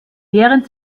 während